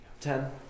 Ten